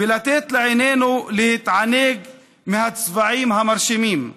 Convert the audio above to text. ולתת לעינינו להתענג מהצבעים המרשימים.